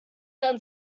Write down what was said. down